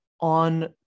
on